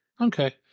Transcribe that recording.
Okay